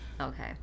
Okay